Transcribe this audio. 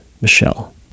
Michelle